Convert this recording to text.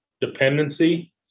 dependency